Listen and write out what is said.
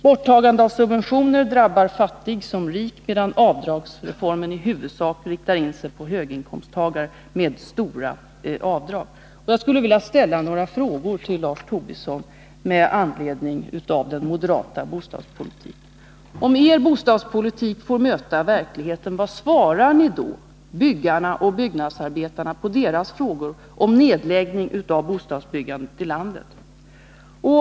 Borttagande av subventioner drabbar fattig som rik, medan avdragsreformen i huvudsak riktar in sig på höginkomsttagare med stora avdrag. Om er bostadspolitik får möta verkligheten, vad svarar ni då byggarna och byggnadsarbetarna på deras frågor om nedläggning av bostadsbyggandet i landet?